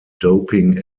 doping